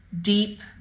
deep